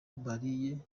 bariye